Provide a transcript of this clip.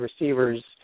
receivers